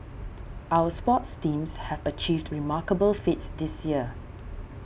our sports teams have achieved remarkable feats this year